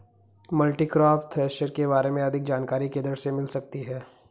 Multicrop thresher के बारे में अधिक जानकारी किधर से मिल सकती है?